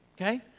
okay